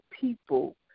people